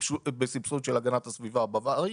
בסבסוד של הגנת הסביבה הבווארי.